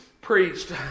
preached